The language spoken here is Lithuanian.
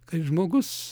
kai žmogus